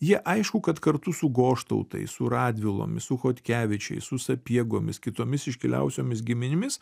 jie aišku kad kartu su goštautais su radvilomis su chodkevičiais su sapiegomis kitomis iškiliausiomis giminėmis